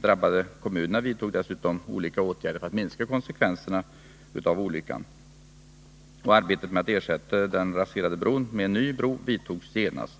drabbade kommunerna vidtog dessutom olika åtgärder för att minska konsekvenserna av olyckan. Arbetet med att ersätta den raserade bron med en ny bro startade genast.